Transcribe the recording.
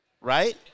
right